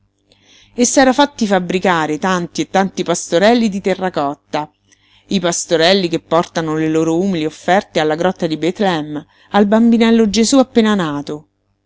e s'era fatti fabbricare tanti e tanti pastorelli di terracotta i pastorelli che portano le loro umili offerte alla grotta di bethlehem al bambinello gesú appena nato